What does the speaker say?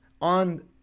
on